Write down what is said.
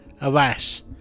Alas